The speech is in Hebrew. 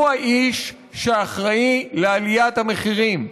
הוא האיש שאחראי לעליית המחירים.